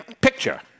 picture